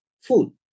food